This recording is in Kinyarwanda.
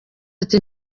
ati